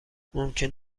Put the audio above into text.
ممکن